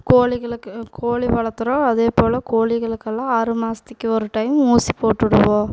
கோழிகளுக்கு கோழி வளர்த்துறோம் அதே போல கோழிகளுக்கெல்லாம் ஆறுமாசத்திக்கு ஒரு டைம் ஊசி போட்டுடுவோம்